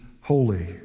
holy